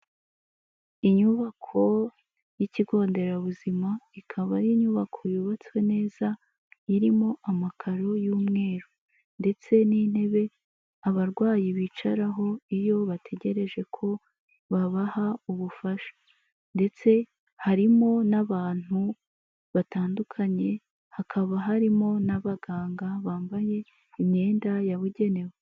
Inyubako y'ikigo nderabuzima, ikaba ari inyubako yubatswe neza; Irimo amakaro y'umweru, ndetse n'intebe abarwayi bicaraho iyo bategereje ko babaha ubufasha, ndetse harimo n'abantu batandukanye. Hakaba harimo n'abaganga bambaye imyenda yabugenewe.